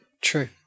True